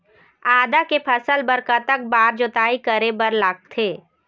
आदा के फसल बर कतक बार जोताई करे बर लगथे?